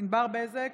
ענבר בזק,